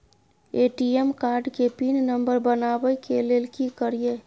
ATM card के pin number बनाबै के लेल की करिए?